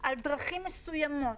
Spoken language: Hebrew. על דרכים מסוימות,